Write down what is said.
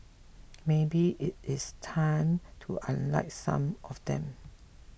maybe it is time to unlike some of them